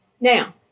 Now